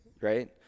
right